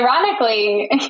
ironically